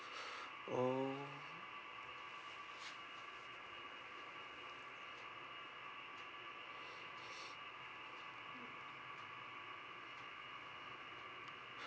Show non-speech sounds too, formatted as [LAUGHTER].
[BREATH] oh